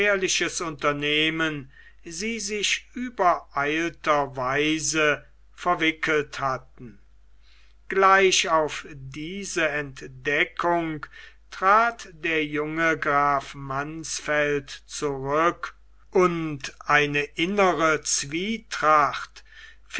unternehmen sie sich übereilter weise verwickelt hatten gleich auf diese entdeckung trat der junge graf mansfeld zurück und eine innere zwietracht